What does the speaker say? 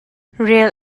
rel